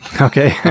Okay